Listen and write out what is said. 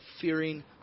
fearing